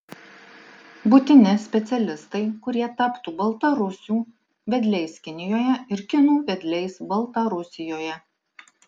būtini specialistai kurie taptų baltarusių vedliais kinijoje ir kinų vedliais baltarusijoje